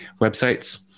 websites